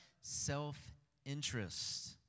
Self-interest